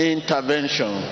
Intervention